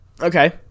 Okay